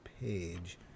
page